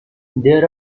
there